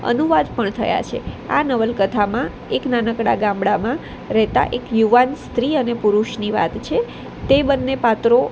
અનુવાદ પણ થયા છે આ નવલકથામાં એક નાનકડા ગામડામાં રહેતા એક યુવાન સ્ત્રી અને પુરુષની વાત છે તે બંને પાત્રો